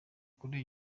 kuri